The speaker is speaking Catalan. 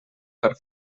per